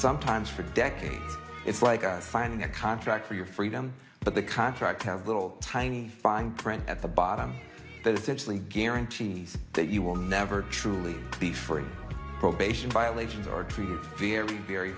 sometimes for decades it's like finding a contract for your freedom but the contract have little tiny fine print at the bottom that simply guarantees that you will never truly be free probation violations are treated very very